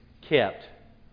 kept